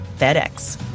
FedEx